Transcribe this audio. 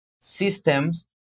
systems